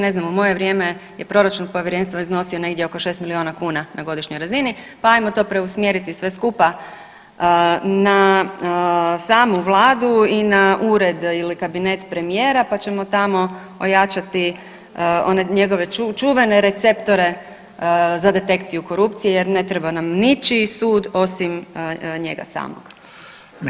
Ne znamo, u moje vrijeme je proračun povjerenstva iznosio negdje oko 6 milijuna kuna na godišnjoj razini, pa hajmo to preusmjeriti sve skupa na samu Vladu i na ured ili kabinet premijera, pa ćemo tamo ojačati one njegove čuvene receptore za detekciju korupcije, jer ne treba nam ničiji sud osim njega samog.